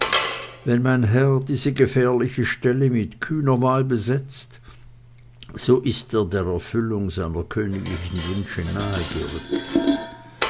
wenn mein herr diese gefährliche stelle mit kühner wahl besetzt so ist er der erfüllung seiner königlichen wünsche nahege rückt